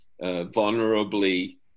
vulnerably